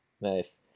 nice